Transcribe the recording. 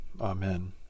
Amen